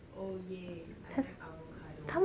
oh !yay! I like avocado